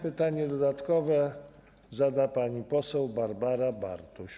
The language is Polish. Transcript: Pytanie dodatkowe zada pani poseł Barbara Bartuś.